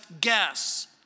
guess